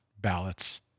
ballots